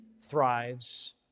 thrives